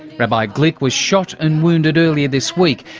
rabbi glick was shot and wounded earlier this week.